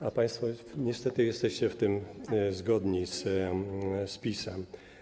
A państwo niestety jesteście w tym zgodni z PiS.